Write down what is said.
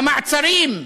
המעצרים,